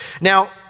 Now